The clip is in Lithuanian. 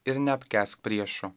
ir neapkęsk priešų